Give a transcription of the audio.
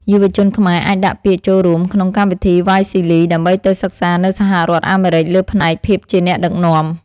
យុវជនខ្មែរអាចដាក់ពាក្យចូលរួមក្នុងកម្មវិធីវ៉ាយស៊ីលីដើម្បីទៅសិក្សានៅសហរដ្ឋអាមេរិកលើផ្នែកភាពជាអ្នកដឹកនាំ។